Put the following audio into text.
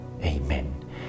Amen